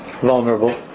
vulnerable